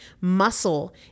Muscle